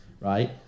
right